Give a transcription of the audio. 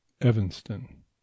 Evanston